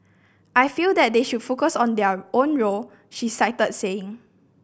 I feel that they should focus on their own role she cited saying